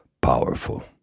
powerful